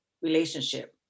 relationship